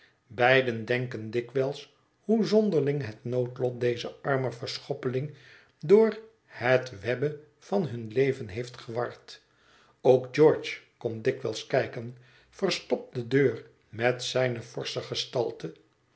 beiden denken dikwijls hoe zonderling het noodlot dezen armen verschoppeling door het webbe van hun leven heeft geward ook george komt dikwijls kijken verstopt de deur met zijne forsche gestalte